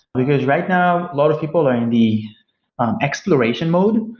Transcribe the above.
because right now a lot of people are in the exploration mode.